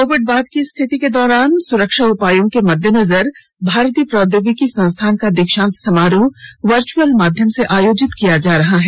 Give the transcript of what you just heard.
Covid उपरांत की स्थिति के दौरान सुरक्षा उपायों के मद्देनजर भारतीय प्रौद्योगिकी संस्थान का दीक्षांत समारोह वर्च्यअल माध्यम से आयोजित किया जा रहा है